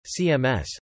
CMS